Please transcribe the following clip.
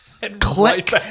Click